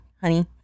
honey